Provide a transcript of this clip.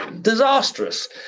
Disastrous